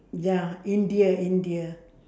ya india india